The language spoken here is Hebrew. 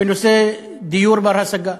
בנושא דיור בר-השגה.